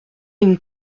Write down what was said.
une